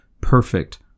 perfect